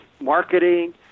marketing